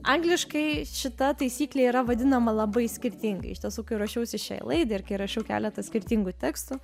angliškai šita taisyklė yra vadinama labai skirtingai iš tiesų kai ruošiausi šiai laidai ir kai rašiau keletą skirtingų tekstų